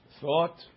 thought